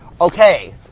okay